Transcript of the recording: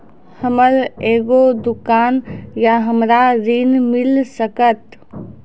हमर एगो दुकान या हमरा ऋण मिल सकत?